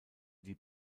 die